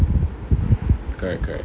correct correct